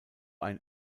ein